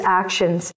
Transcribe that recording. actions